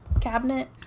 cabinet